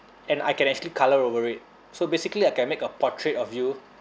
and I can actually colour over it so basically I can make a portrait of you